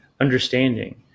understanding